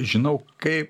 žinau kai